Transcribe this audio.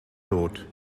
lot